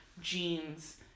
jeans